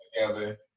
together